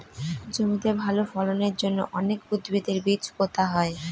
জমিতে ভালো ফলনের জন্য অনেক উদ্ভিদের বীজ পোতা হয়